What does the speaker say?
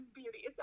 beauty